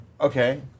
Okay